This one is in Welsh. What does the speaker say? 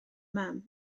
mam